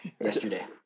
yesterday